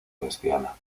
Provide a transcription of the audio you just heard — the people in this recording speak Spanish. lesbiana